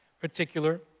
particular